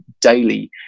daily